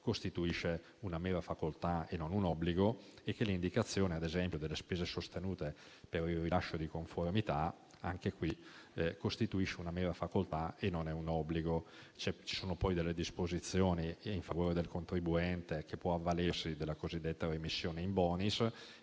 costituisce una mera facoltà e non un obbligo e che anche l'indicazione, ad esempio, delle spese sostenute per il rilascio del certificato di conformità costituisce una mera facoltà e non un obbligo. Ci sono poi alcune disposizioni in favore del contribuente che può avvalersi della cosiddetta remissione *in bonis*